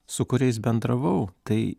su kuriais bendravau tai